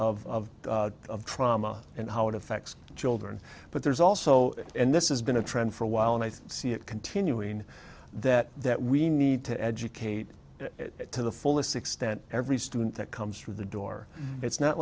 of trauma and how it affects children but there's also and this is been a trend for a while and i see it continuing that that we need to educate to the fullest extent every student that comes through the door it's not